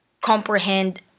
comprehend